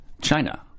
China